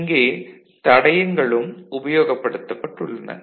இங்கே தடையங்களும் உபயோகப்படுத்தப்பட்டுள்ளன